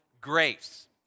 grace